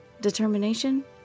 Determination